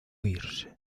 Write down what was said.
irse